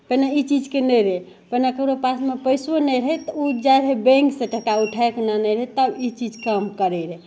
पहिले ई चीजके नहि रहै पहिले ककरो पासमे पइसो नहि रहै तऽ ओ जाइ रहै बैँकसे टका उठैके आनै रहै तब ई चीज काम करै रहै